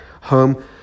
home